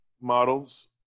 models